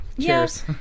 Cheers